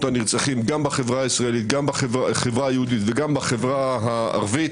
הנרצחים גם בחברה היהודית וגם בחברה הערבית,